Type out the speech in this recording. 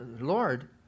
Lord